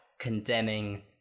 condemning